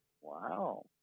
Wow